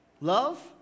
Love